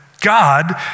God